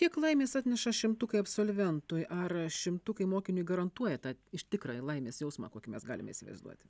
kiek laimės atneša šimtukai absolventui ar šimtukai mokiniui garantuoja tą tikrąjį laimės jausmą kokį mes galime įsivaizduoti